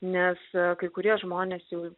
nes kai kurie žmonės jau